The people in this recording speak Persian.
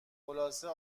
خلاصه